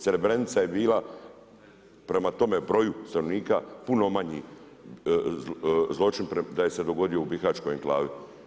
Srebrenica je bila prema tome broju stanovnika puno manji zločin da je se dogodilo u bihaćkoj enklavi.